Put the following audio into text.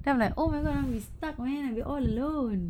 then I'm like oh my god then I will be stuck man I will be all alone